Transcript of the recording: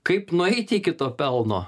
kaip nueiti iki to pelno